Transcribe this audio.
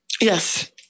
Yes